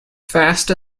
fast